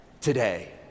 today